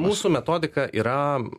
mūsų metodika yra